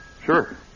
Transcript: Sure